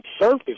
surface